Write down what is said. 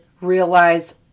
realize